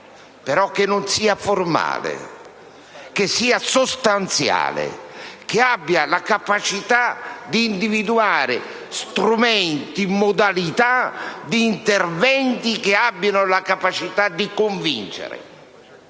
purché non sia formale, ma sia sostanziale, che abbia la capacità di individuare strumenti, modalità di interventi che abbiano la capacità di convincere.